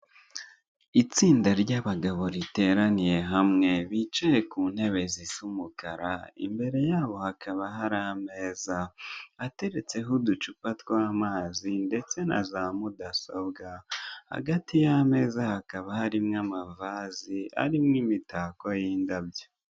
Itsinda ry'abagabo riteraniye hamwe bicaye ku ntebe zisa umukara, imbere ya bo hakaba hari ameza ateretseho uducupa tw'amazi, ndetse na za mudasobwa. Hagati y'ameza hakaba harimo amavazi iarimo imitako y'indabyo.